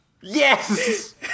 Yes